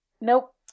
Nope